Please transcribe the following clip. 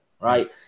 right